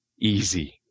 easy